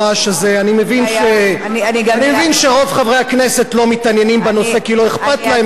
אני מבין שרוב חברי הכנסת לא מתעניינים בנושא כי לא אכפת להם מהציבור,